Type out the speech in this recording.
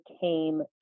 came